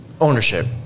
ownership